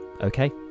Okay